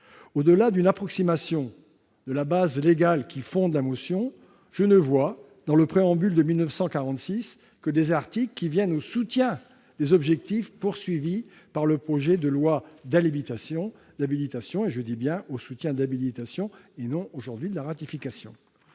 Au-delà d'une approximation de la base légale qui fonde la motion, je ne vois, dans le Préambule de 1946, que des articles qui viennent en soutien des objectifs fixés par le projet de loi d'habilitation- soutien de l'habilitation et non, aujourd'hui, de la ratification.